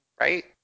Right